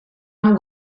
nous